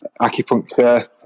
acupuncture